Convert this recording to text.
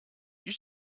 you